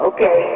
Okay